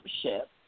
ship